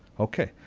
okay.